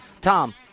Tom